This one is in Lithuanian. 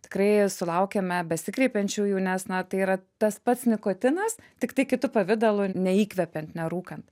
tikrai sulaukiame besikreipiančiųjų nes na tai yra tas pats nikotinas tiktai kitu pavidalu neįkvepiant nerūkant